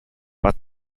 what